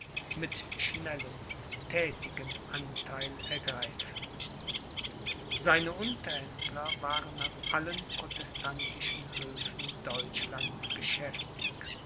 mit schnellem thätigem antheil ergreifen seine unterhändler waren an allen protestantischen höfen deutschlands geschäftig